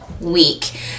week